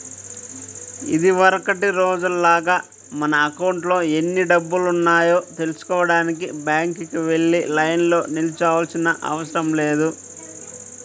ఇదివరకటి రోజుల్లాగా మన అకౌంట్లో ఎన్ని డబ్బులున్నాయో తెల్సుకోడానికి బ్యాంకుకి వెళ్లి లైన్లో నిల్చోనవసరం లేదు